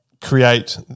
create